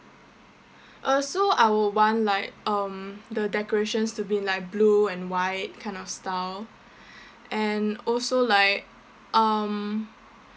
uh so I would want like um the decorations to be like blue and white kind of style and also like um